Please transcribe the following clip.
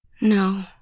No